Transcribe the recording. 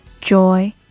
joy